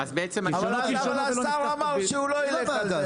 אבל השר אמר שהוא לא יילך על זה ל --- עם הוועדה,